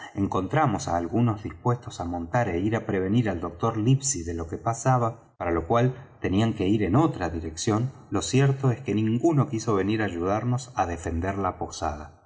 encontramos á algunos dispuestos á montar é ir á prevenir al doctor livesey de lo que pasaba para lo cual tenían que ir en otra dirección lo cierto es que ninguno quiso venir á ayudarnos á defender la posada